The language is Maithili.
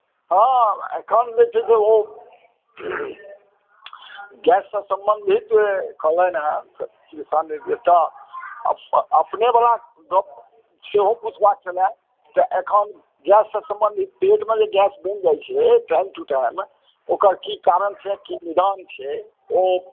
हँ एखन जे छै से ओ गैससँ सम्बन्धित कहलनि हेँ दिशा निर्देश तऽ अपनेवला गप्प सेहो पुछबाक छलए जे एखन गैससँ सम्बन्धित पेटमे जे गैस बनि रहल छै टाइम टु टाइम ओकर की कारण छै की निदान छै ओ